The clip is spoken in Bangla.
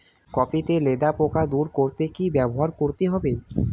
কপি তে লেদা পোকা দূর করতে কি ব্যবহার করতে হবে?